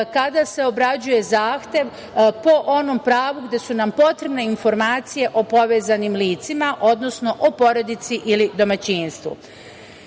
kada se obrađuje zahtev po onom pravu gde su nam potrebne informacije o povezanim licima, odnosno o porodici ili domaćinstvu. Kada